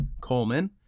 Coleman